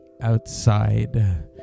outside